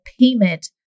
payment